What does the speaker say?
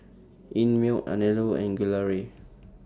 Einmilk Anello and Gelare